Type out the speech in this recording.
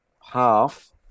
half